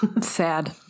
Sad